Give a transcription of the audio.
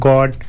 God